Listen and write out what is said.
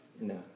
No